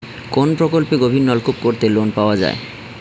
কোন প্রকল্পে গভির নলকুপ করতে লোন পাওয়া য়ায়?